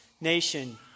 nation